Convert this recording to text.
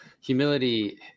humility